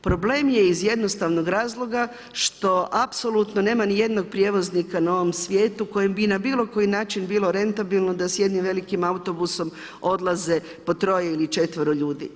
Problem je iz jednostavnog razloga, što apsolutno nema ni jednog prijevoznika na ovom svijetu, kojem bi na bilo koji način bilo rentabilno, da s jednim velikim autobusom odlaze po 3 ili 4 ljudi.